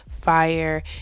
fire